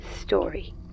story